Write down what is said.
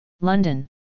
London